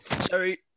sorry